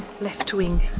left-wing